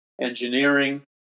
engineering